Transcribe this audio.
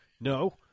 No